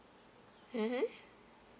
mmhmm